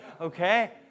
okay